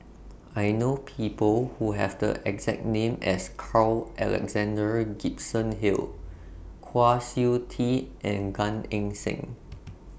I know People Who Have The exact name as Carl Alexander Gibson Hill Kwa Siew Tee and Gan Eng Seng